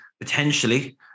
potentially